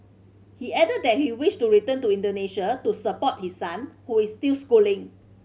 he added that he wished to return to Indonesia to support his son who is still schooling